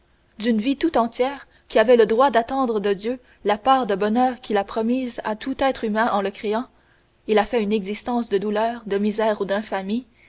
d'une vie tout entière qui avait le droit d'attendre de dieu la part de bonheur qu'il a promise à tout être humain en le créant il a fait une existence de douleur de misère ou d'infamie